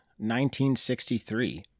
1963